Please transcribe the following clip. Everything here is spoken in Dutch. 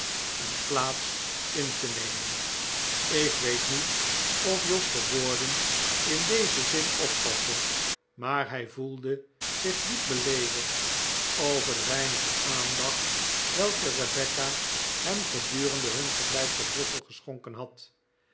een plaats in te nemen ik weet niet of jos de woorden in dezen zin opvatte maar hij voelde zich diep beleedigd over de weinige aandacht welke rebecca hem gedurende hun verblijf te brussel geschonkert had